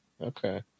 Okay